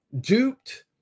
duped